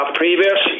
previous